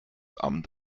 amt